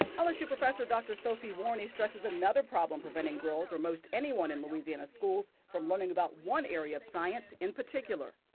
lsu professor dr. sophie warny stresses another issue preventing girls or most anyone in louisiana schools from learning about one area of science in particular.